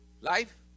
Life